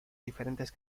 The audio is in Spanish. diferentes